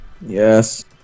Yes